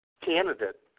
candidate